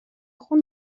خون